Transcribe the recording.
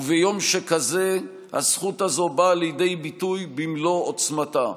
וביום שכזה הזכות הזו באה לידי ביטוי במלוא עוצמתה.